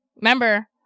Remember